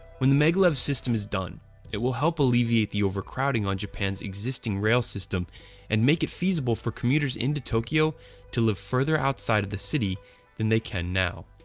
when the maglev system is done it will help alleviate the overcrowding on japan's existing rail system and make it feasible for commuters into tokyo to live further outside of the city than they can now.